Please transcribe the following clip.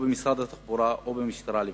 במשרד התחבורה או במשטרה לבדה,